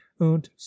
und